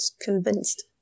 convinced